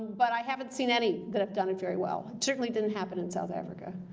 but i haven't seen any that have done it very well. it certainly didn't happen in south africa.